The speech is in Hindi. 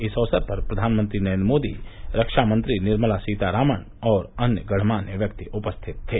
इस अवसर पर प्रधानमंत्री नरेन्द्र मोदी रक्षा मंत्री निर्मला सीतारामन और अन्य गण्यमान्य व्यक्ति उपस्थित थे